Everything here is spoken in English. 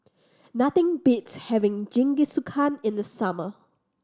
nothing beats having Jingisukan in the summer